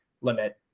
limit